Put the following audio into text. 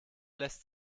lässt